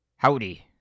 Howdy